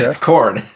Corn